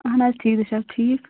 اَہَن حظ ٹھیٖک تُہۍ چھُو حظ ٹھیٖک